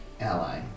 ally